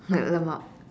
lmao